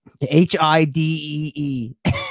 H-I-D-E-E